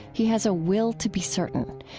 he has a will to be certain.